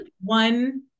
one